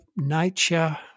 nature